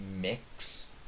mix